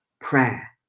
prayer